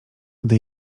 gdy